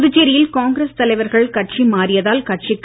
புதுச்சேரியில் காங்கிரஸ் தலைவர்கள் கட்சி மாறியதால் கட்சிக்கு